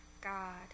God